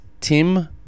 tim